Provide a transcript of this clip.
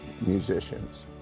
musicians